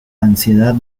ansiedad